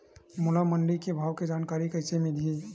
मोला मंडी के भाव के जानकारी कइसे मिलही?